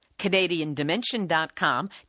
canadiandimension.com